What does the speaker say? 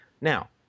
Now